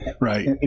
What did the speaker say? Right